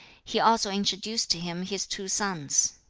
he also introduced to him his two sons.